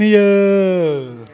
!yay!